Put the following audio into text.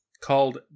called